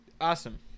awesome